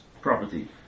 property